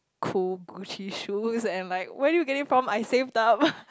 cool Gucci shoes and like where did you get it from I saved up